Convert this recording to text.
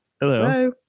Hello